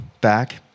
back